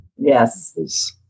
Yes